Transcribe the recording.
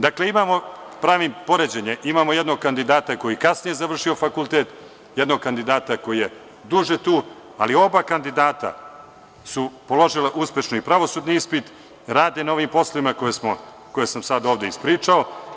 Dakle, pravim poređenje, imamo jednog kandidata koji je kasnije završio fakultet, jednog kandidata koji je duže tu, ali oba kandidata su položila uspešno i pravosudni ispit, rade na ovim poslovima koje sam sada ovde ispričao.